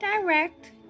direct